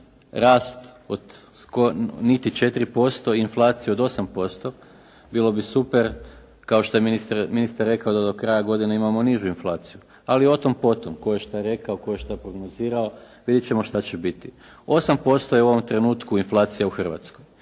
rast od niti 4% i inflacije od 8% bilo bi super kao što je ministar rekao da do kraja godine imamo nižu inflaciju. Ali o tom po tom tko je što rekao, tko je što prognozirao, vidjeti ćemo što će biti. 8% je u ovom trenutku inflacija u Hrvatskoj,